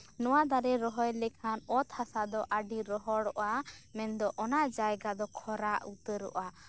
ᱱᱚᱣᱟ ᱫᱟᱨᱮ ᱨᱚᱦᱚᱭ ᱞᱮᱠᱷᱟᱱ ᱚᱛ ᱦᱟᱥᱟ ᱫᱚ ᱟᱹᱰᱤ ᱨᱚᱦᱚᱲᱚᱜ ᱟ ᱢᱮᱱᱫᱚ ᱚᱱᱟ ᱡᱟᱭᱜᱟᱫᱚ ᱠᱷᱚᱨᱟ ᱩᱛᱟᱹᱨᱚᱜ ᱟ